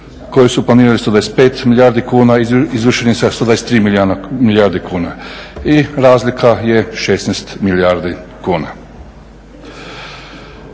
koji su planirani 125 milijardi kuna izvršeni sa 123 milijarde kuna i razlika je 16 milijardi kuna.